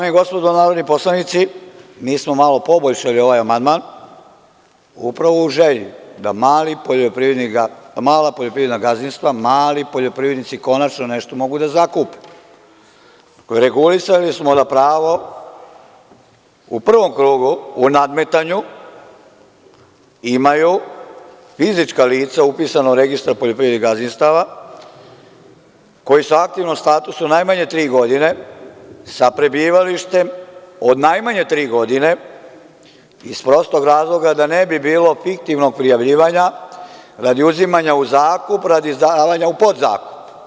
Dame i gospodo narodni poslanici, mi smo malo poboljšali ovaj amandman, upravo u želju da mala poljoprivredna gazdinstva, mali poljoprivrednici konačno nešto mogu da zakupe, regulisali smo da pravo u prvom krugu u nadmetanju imaju fizička lica upisano u Registar poljoprivrednih gazdinstava koji su aktivno statusu najmanje tri godine, sa prebivalištem od najmanje tri godine iz prostog razloga da ne bi bilo fiktivnog prijavljivanja radi uzimanja u zakup, radi izdavanja u podzakup.